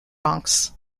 bronx